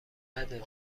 نداری